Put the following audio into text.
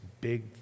big